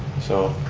so,